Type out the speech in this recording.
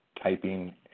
typing